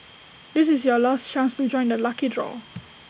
this is your last chance to join the lucky draw